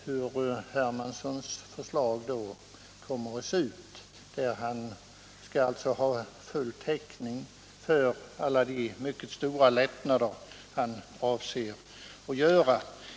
Då får vi se hur herr Hermanssons förslag kommer att se ut, där han alltså har full täckning för alla de mycket stora lättnader han avser att göra.